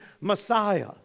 Messiah